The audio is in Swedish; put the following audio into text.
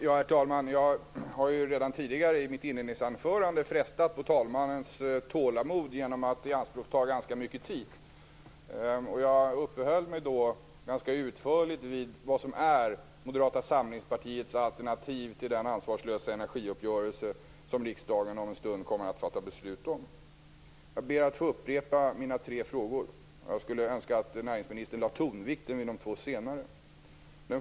Herr talman! Jag har ju redan tidigare i mitt inledningsanförande frestat på talmannens tålamod genom att ianspråkta ganska mycket tid. Jag uppehöll mig då ganska utförligt vid vad som är Moderata samlingspartiets alternativ till den ansvarslösa energiuppgörelse som riksdagen om en stund kommer att fatta beslut om. Jag ber att få upprepa mina frågor och skulle önska att näringsministern lade tonvikten vid de två senare.